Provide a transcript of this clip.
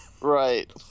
right